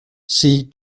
see